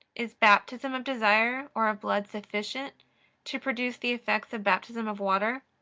is baptism of desire or of blood sufficient to produce the effects of baptism of water?